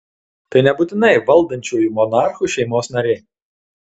tai nebūtinai valdančiųjų monarchų šeimos nariai